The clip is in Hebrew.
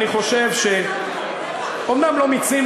אני חושב שאומנם לא מיצינו,